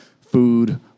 food